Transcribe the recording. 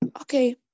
Okay